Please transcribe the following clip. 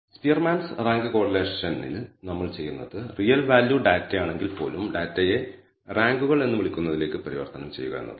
Spearman's rank കോറിലേഷനിൽ നമ്മൾ ചെയ്യുന്നത് റിയൽ വാല്യൂ ഡാറ്റയാണെങ്കിൽപ്പോലും ഡാറ്റയെ റാങ്കുകൾ എന്ന് വിളിക്കുന്നതിലേക്ക് പരിവർത്തനം ചെയ്യുക എന്നതാണ്